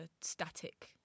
static